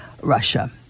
Russia